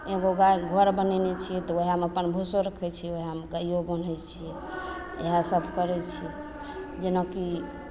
एगो गायके घर बनेने छियै तऽ वएहेमे अपन भूसो रखय छियै वएहेमे गायो बान्हय छियै इएह सब करय छियै जेनाकि